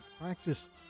practice